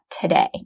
today